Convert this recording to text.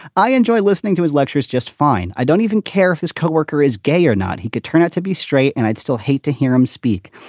i enjoy listening to his lectures just fine. i don't even care if his co-worker is gay or not. he could turn out to be straight. and i'd still hate to hear him speak,